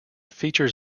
features